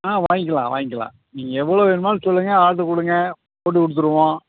ஆ வாங்கிக்கலாம் வாங்கிக்கலாம் நீங்கள் எவ்வளோ வேணும்னாலும் சொல்லுங்கள் ஆட்ரு கொடுங்க போட்டுக் கொடுத்துருவோம்